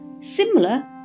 similar